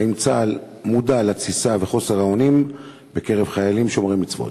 האם צה"ל מודע לתסיסה ולחוסר האונים בקרב חיילים שומרי מצוות?